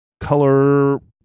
color